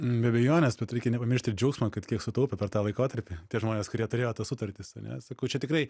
be abejonės bet reikia nepamiršti ir džiaugsmo kad kiek sutaupė per tą laikotarpį tie žmonės kurie turėjo tas sutartis ane sakau čia tikrai